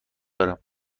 دارم